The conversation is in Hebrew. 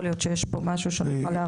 יכול להיות שיש פה משהו שנוכל להרחיב.